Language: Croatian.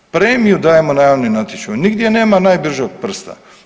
Premiju dajemo na javnom natječaju, nigdje nema najbržeg prsta.